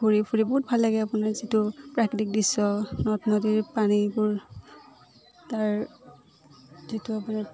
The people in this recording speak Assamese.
ঘূৰি ফুৰি বহুত ভাল লাগে আপোনাৰ যিটো প্ৰাকৃতিক দৃশ্য নদ নদীৰ পানীবোৰ তাৰ যিটো আপোনাৰ